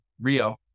Rio